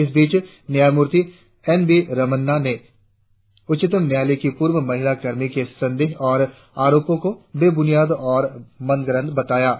इस बीच न्यायमूर्ति एन वी रमणा ने उच्चतम न्यायालय की पूर्व महिला कर्मी के संदेह और आरोपों को बेबुनियाद और मनगंढ बताया है